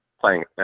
playing